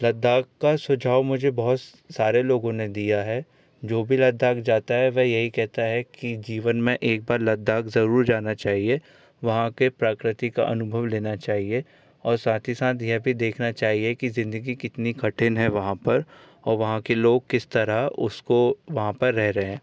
लद्दाख का सुझाव मुझे बहुत सारे लोगों ने दिया है जो भी लद्दाख जाता है वे यही कहता है की जीवन में एक बार लद्दाख ज़रूर जाना चाहिए वहाँ के प्राकृतिक अनुभव लेना चाहिए और साथ ही साथ यह भी देखना चाहिए की ज़िंदगी कितनी कठिन है वहाँ पर आउ वहाँ के लोग किस तरह उसको वहाँ पर रह रहे हैं